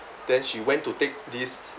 then she went to take this